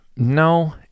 No